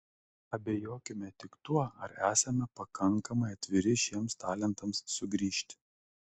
abejokime tik tuo ar esame pakankamai atviri šiems talentams sugrįžti